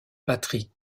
patrick